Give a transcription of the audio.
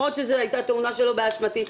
למרות שזו הייתה תאונה שלא באשמתי.